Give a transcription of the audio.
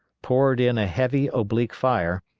poured in a heavy oblique fire,